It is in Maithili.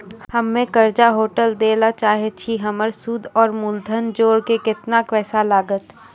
हम्मे कर्जा टोटल दे ला चाहे छी हमर सुद और मूलधन जोर के केतना पैसा लागत?